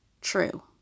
true